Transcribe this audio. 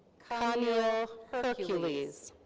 keneil hercules.